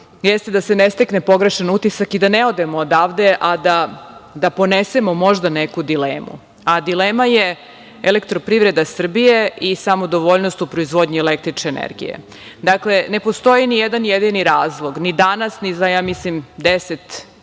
jeste da se ne stekne pogrešan utisak i da ne odemo odavde a da ponesemo možda neku dilemu. Dilema je – elektroprivreda Srbije i samodovoljnost u proizvodnji električne energije. Dakle, ne postoji nijedan jedini razlog, ni danas ni za 10 i ko